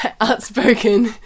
outspoken